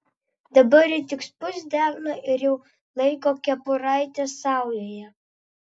dabar ji tik spust delną ir jau laiko kepuraitę saujoje